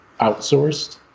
outsourced